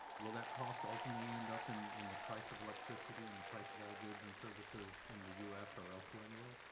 will that cost ultimately end up in in the price of electricity, in the price of all goods and services in the u s. or elsewhere in the world?